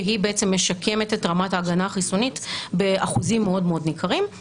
שהיא בעצם משקמת את רמת ההגנה החיסונית באחוזים מאוד ניכרים.